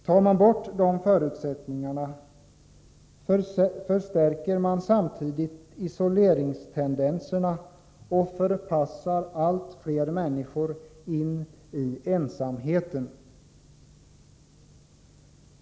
Tar man bort denna förutsättning, förstärker man samtidigt isoleringstendenserna och förpassar allt fler människor in i ensamheten.